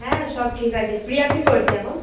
হ্যাঁ সব ঠিক আছে প্রিয়া কী করছে এখন